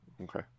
okay